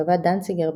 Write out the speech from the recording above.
קבע דנציגר,